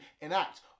enact